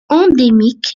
endémique